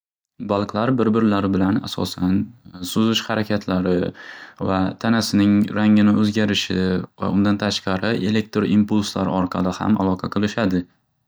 Baliqlar bir birlari bilan asosan suzish xarakatlari va tanasining rangining o'zgarishi va undan tashqari elektr inpluslari orqali ham aloqa qilishadi.